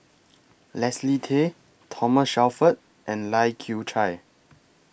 Leslie Tay Thomas Shelford and Lai Kew Chai